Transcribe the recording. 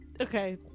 Okay